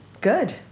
good